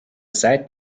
seit